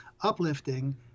uplifting